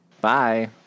Bye